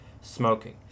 smoking